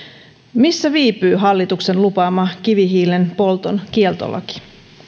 missä viipyy hallituksen lupaama kivihiilenpolton kieltolaki